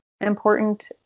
important